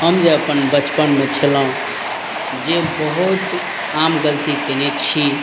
हम जे अपन बचपनमे छलहुँ जे बहुत आम गलती कयने छी